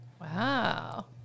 Wow